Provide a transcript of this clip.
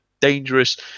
dangerous